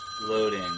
Loading